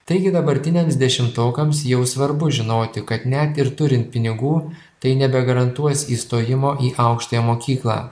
taigi dabartiniams dešimtokams jau svarbu žinoti kad net ir turint pinigų tai nebegarantuos įstojimo į aukštąją mokyklą